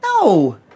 No